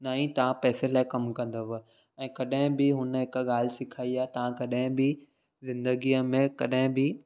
ना ई तव्हां पैसे लाइ कमु कंदव ऐं कॾहिं बि हुन हिकु ॻाल्हि सेखारी आहे तव्हां कॾहिं बि ज़िंदगीअ में कॾहिं बि